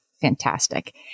fantastic